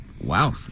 Wow